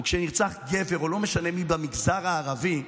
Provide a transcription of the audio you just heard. או שכשנרצח גבר או לא משנה מי במגזר הערבי,